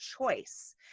choice